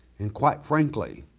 and quiite frankly,